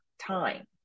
time